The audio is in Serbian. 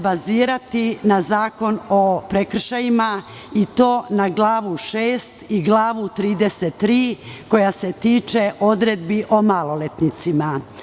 Baziraću se na Zakon o prekršajima, i to na glavu 6. i glavu 33, koja se tiče odredbi o maloletnicima.